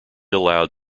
allowed